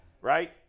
Right